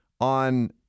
on